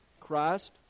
Christ